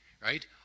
right